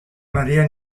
maria